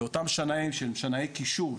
ואותם שנאים שהם שנאי קישור.